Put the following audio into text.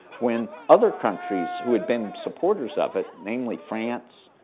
when other countries who had been supporters of it namely, france,